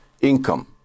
income